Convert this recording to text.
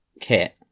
kit